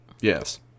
Yes